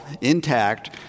intact